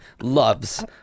loves